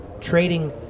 trading